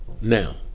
now